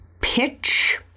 pitch